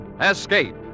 Escape